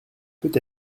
peut